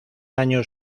años